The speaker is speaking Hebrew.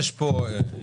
חברים,